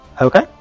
Okay